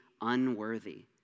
unworthy